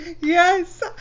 Yes